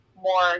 more